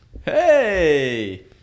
hey